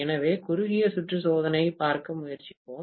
எனவே குறுகிய சுற்று சோதனையைப் பார்க்க முயற்சிப்போம்